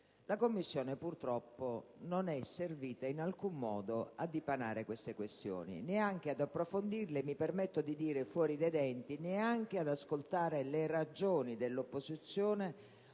La Commissione, purtroppo, non è servita in alcun modo a dipanare tali questioni, né ad approfondirle - mi permetto di dire fuori dai denti - e neanche ad ascoltare le ragioni dell'opposizione